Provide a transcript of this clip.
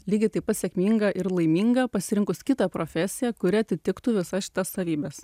lygiai taip pat sėkminga ir laiminga pasirinkus kitą profesiją kuri atitiktų visas šitas savybes